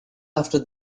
after